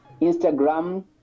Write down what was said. Instagram